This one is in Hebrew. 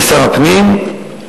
כשר הפנים,